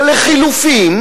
או לחלופין,